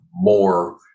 more